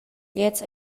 gliez